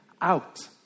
out